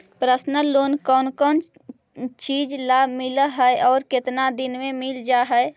Personal loan कोन कोन चिज ल मिल है और केतना दिन में मिल जा है?